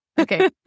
Okay